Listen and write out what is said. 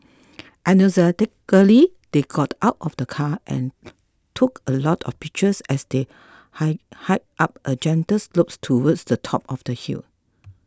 enthusiastically they got out of the car and took a lot of pictures as they high hiked up a gentle slope towards the top of the hill